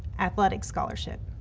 athletic scholarship.